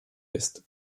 ist